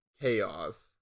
chaos